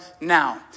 now